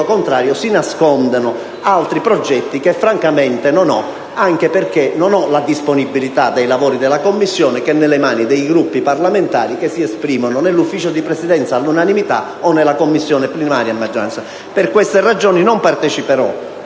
contrario si nascondano altri progetti che francamente non ho, anche perché non ho la disponibilità dei lavori della Commissione, che sono nelle mani dei Gruppi parlamentari che si esprimono nell'Ufficio di Presidenza all'unanimità o nella Commissione plenaria a maggioranza. Per queste ragioni, non parteciperò